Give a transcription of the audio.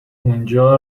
اونجا